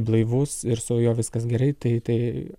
blaivus ir su juo viskas gerai tai